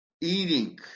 eating